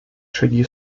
шаги